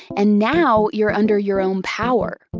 and now you're under your own power.